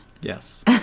yes